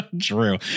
True